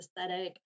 aesthetic